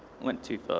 went too far.